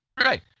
Right